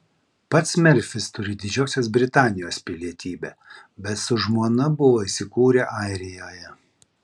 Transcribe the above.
pats merfis turi didžiosios britanijos pilietybę bet su žmona buvo įsikūrę airijoje